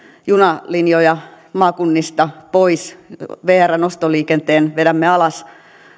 junalinjoja maakunnista pois vrn ostoliikenteen vedämme alas